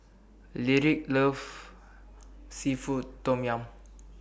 Lyric loves Seafood Tom Yum